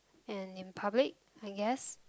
and in public I guess